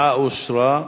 אושרה,